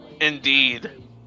Indeed